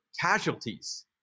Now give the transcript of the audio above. casualties